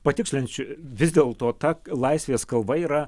patikslinsiu vis dėlto ta laisvės kalva yra